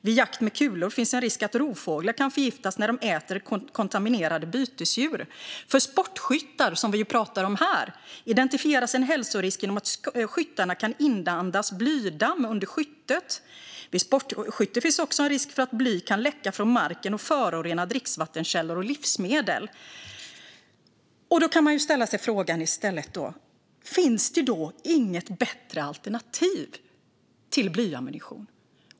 Vid jakt med kulor finns en risk för att rovfåglar kan förgiftas när de äter kontaminerade bytesdjur. För sportskyttar, som vi ju pratar om här, identifieras en hälsorisk med att skyttarna kan inandas blydamm under skyttet. Vid sportskytte finns också en risk för att bly kan läcka från marken och förorena dricksvattenkällor och livsmedel. Då kan man ställa sig frågan: Finns det då inget bättre alternativ än blyammunition?